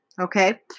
Okay